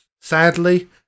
Sadly